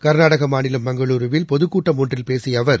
கர்நாடகமாநிலம் மங்களூருவில் பொதுக் கூட்டம் ஒன்றில் பேசியஅவர்